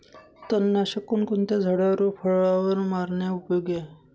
तणनाशक कोणकोणत्या झाडावर व फळावर मारणे उपयोगी आहे?